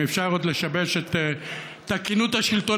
אם אפשר עוד לשבש את תקינות השלטון,